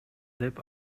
деп